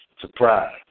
Surprise